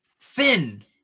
thin